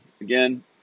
Again